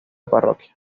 parroquia